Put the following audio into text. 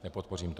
Nepodpořím to.